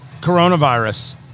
coronavirus